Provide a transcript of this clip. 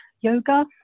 yoga